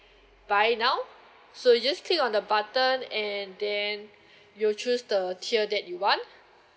buy now so you just click on the button and then you choose the tier that you want